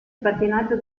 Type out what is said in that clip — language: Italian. pattinaggio